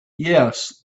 yes